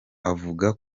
avuga